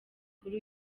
kuri